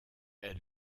elle